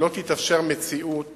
לא תתאפשר מציאות